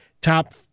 Top